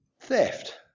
theft